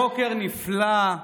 בוקר נפלא,